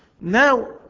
now